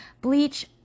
bleach